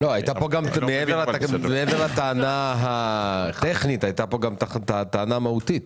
מעבר לטענה הטכנית, הייתה פה גם טענה מהותית.